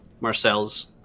Marcel's